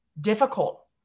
difficult